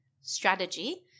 strategy